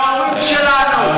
אלה ההורים שלנו.